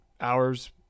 hours